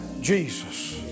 Jesus